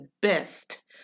best